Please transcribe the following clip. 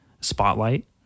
spotlight